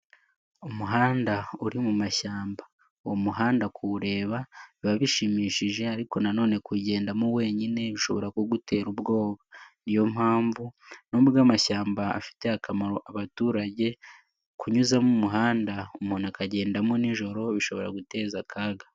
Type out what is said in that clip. Umuhanda uri mu mashyamba, uwo muhanda kuwureba biba bishimishije ariko nanone kugendamo wenyine bishobora kugutera ubwoba, ni yo mpamvu nubwo amashyamba afitiye akamaro abaturage, kunyuzamo umuhanda umuntu akagendamo nijoro bishobora guteza akaga.